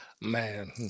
Man